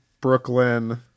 Brooklyn